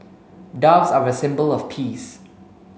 doves are a symbol of peace